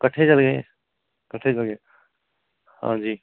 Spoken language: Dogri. किट्ठे चलगे किट्ठे चलगे हांजी